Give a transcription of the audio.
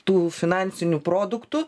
tų finansinių produktų